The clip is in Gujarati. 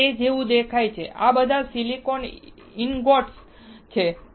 આ તે જેવું દેખાય છે આ બધા સિલિકોન ઇનગોટ્સ છે